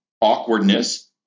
Awkwardness